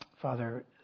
Father